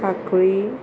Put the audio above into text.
साकळी